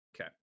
Okay